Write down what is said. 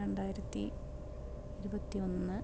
രണ്ടായിരത്തി ഇരുപത്തി ഒന്ന്